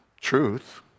truth